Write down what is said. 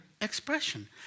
Expression